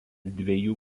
dviejų